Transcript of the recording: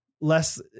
less